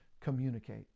communicate